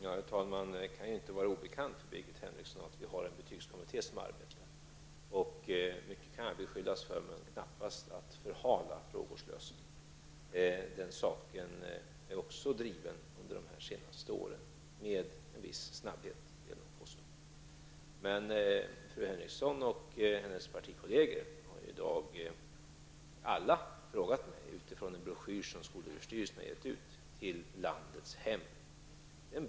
Herr talman! Det kan inte vara obekant för Birgit Henriksson att det finns en betygskommitté som arbetar. Mycket kan jag beskyllas för, men knappast att förhala frågors lösning. Jag vill nog påstå att också denna fråga har drivits med en viss snabbhet under de senaste åren. Fru Henriksson och hennes partikolleger har i dag ställt frågor till mig med utgångspunkt från en broschyr som skolöverstyrelsen har gett ut till de svenska hemmen.